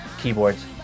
keyboards